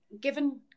given